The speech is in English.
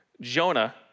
Jonah